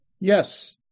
Yes